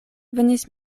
venis